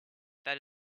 that